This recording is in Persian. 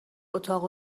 اتاق